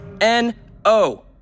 N-O